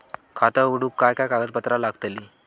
खाता उघडूक काय काय कागदपत्रा लागतली?